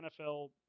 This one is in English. NFL –